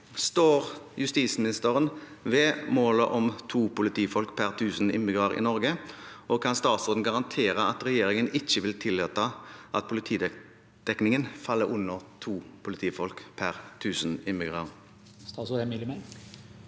Står justisministeren ved målet om to politifolk per tusen innbyggere i Norge? Kan statsråden garantere at regjeringen ikke vil tillate at politidekningen faller under to politifolk per tusen innbyggere? Statsråd Emilie Mehl